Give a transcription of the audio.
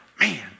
man